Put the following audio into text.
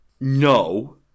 No